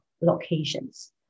locations